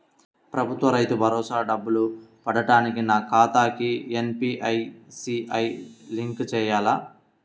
ప్రభుత్వ రైతు భరోసా డబ్బులు పడటానికి నా ఖాతాకి ఎన్.పీ.సి.ఐ లింక్ చేయాలా?